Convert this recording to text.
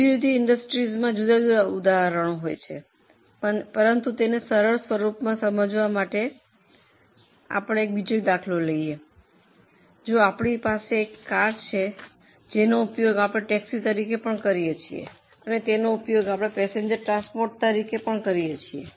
જુદા જુદા ઇન્ડુસટ્રીમાં જુદા જુદા ઉદાહરણો હોય છે પરંતુ તેને સરળ સ્વરૂપમાં સમજવા માટે જો આપણી પાસે એક કાર છે જેનો ઉપયોગ આપણે ટેક્સી તરીકે કરીએ છીએ અને તેનો ઉપયોગ પેસેન્જર ટ્રાન્સપોર્ટ તરીકે પણ કરીએ છીએ